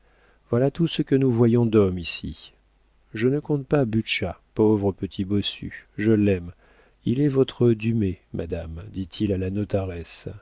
voilà tout ce que nous voyons d'homme ici je ne compte pas butscha pauvre petit bossu je l'aime il est votre dumay madame dit-il à la